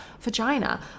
vagina